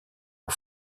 aux